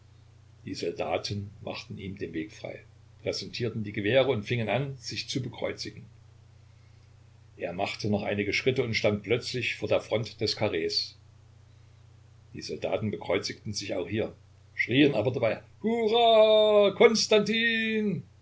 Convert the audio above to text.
die soldaten machten ihm den weg frei präsentierten die gewehre und fingen an sich zu bekreuzigen er machte noch einige schritte und stand plötzlich vor der front des karrees die soldaten bekreuzigten sich auch hier schrien aber dabei hurra